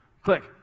Click